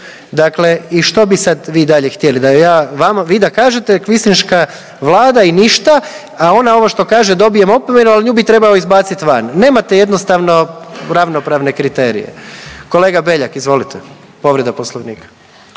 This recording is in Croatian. Dakle i što bi sad vi dalje htjeli? Vi da kažete kvislinška vlada i ništa, a ona ovo što kaže dobijem opomenu, ali nju bi trebao izbaciti van. Nemate jednostavno ravnopravne kriterije. Kolega Beljak, izvolite povreda Poslovnika.